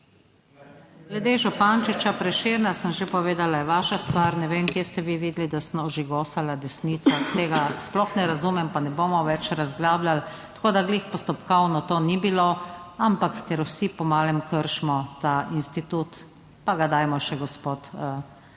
Glede Župančiča, Prešerna sem že povedala, vaša stvar ne vem kje ste vi videli, da sem ožigosala desnica, tega sploh ne razumem. Pa ne bomo več razglabljali. Tako da glih postopkovno to ni bilo, ampak ker vsi po malem kršimo ta institut, pa ga dajmo še gospod kolega